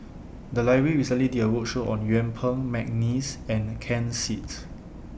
The Library recently did A roadshow on Yuen Peng Mcneice and Ken Seet